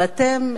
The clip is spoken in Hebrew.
ואתם,